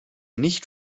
nicht